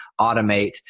automate